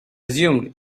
assumed